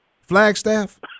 Flagstaff